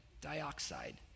dioxide